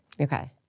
Okay